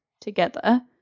together